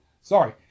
sorry